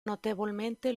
notevolmente